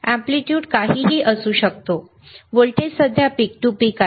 amplitude काहीही असू शकतो व्होल्टेज सध्या पीक टू पीक आहे